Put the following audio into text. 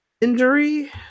injury